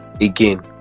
again